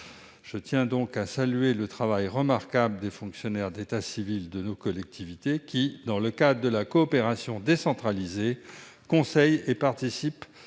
Je tiens à saluer le travail remarquable des fonctionnaires d'état civil de nos collectivités qui, dans le cadre de la coopération décentralisée, participent